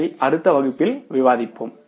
அதனை அடுத்த வகுப்பில் விவாதிப்போம்